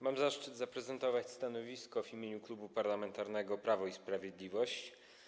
Mam zaszczyt zaprezentować stanowisko Klubu Parlamentarnego Prawo i Sprawiedliwość.